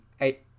eight